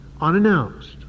unannounced